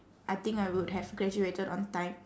I think I would have graduated on time